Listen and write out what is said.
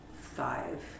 five